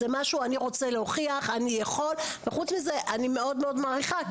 ״אני רוצה להוכיח שאני יכול.״ ואני מאוד מאוד מעריכה את זה,